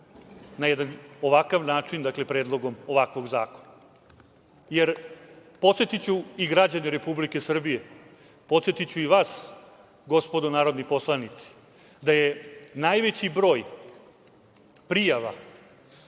na jedan ovakav način, dakle predlogom ovakvog zakona. Podsetiću i građane Republike Srbije, podsetiću i vas, gospodo narodni poslanici, da je najveći broj prijava